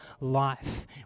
life